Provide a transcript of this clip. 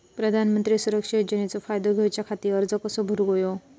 प्रधानमंत्री सुरक्षा योजनेचो फायदो घेऊच्या खाती अर्ज कसो भरुक होयो?